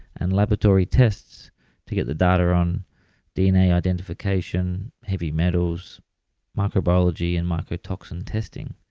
and laboratory tests to get the data on dna identification, heavy metals microbiology and microtoxin testing.